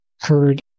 heard